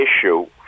issue